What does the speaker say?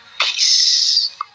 peace